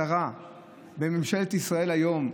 שרה בממשלת ישראל היום: